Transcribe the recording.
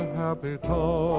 happy times.